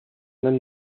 homme